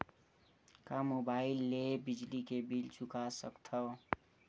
का मुबाइल ले बिजली के बिल चुका सकथव?